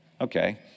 okay